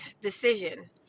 decision